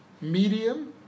medium